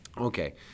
Okay